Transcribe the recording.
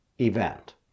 event